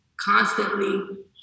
constantly